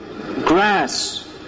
grass